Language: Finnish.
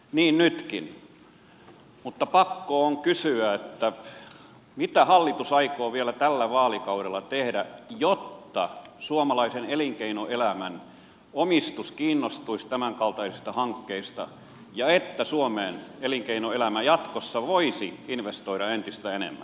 niin nytkin mutta pakko on kysyä mitä hallitus aikoo vielä tällä vaalikaudella tehdä jotta suomalaisen elinkeinoelämän omistus kiinnostuisi tämänkaltaisista hankkeista ja että suomeen elinkeinoelämä jatkossa voisi investoida entistä enemmän